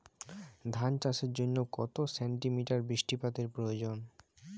ধান চাষের জন্য কত সেন্টিমিটার বৃষ্টিপাতের প্রয়োজন?